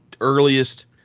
earliest